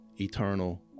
eternal